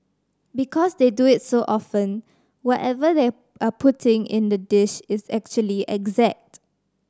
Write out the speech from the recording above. because they do it so often whatever they are putting in the dish is actually exact